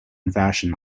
vashon